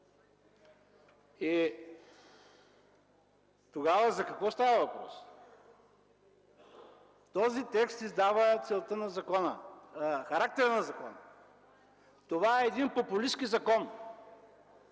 Тогава за какво става въпрос? Този текст издава характера на закона. Това е един популистки закон,